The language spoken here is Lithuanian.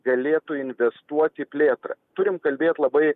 galėtų investuot į plėtrą turim kalbėti labai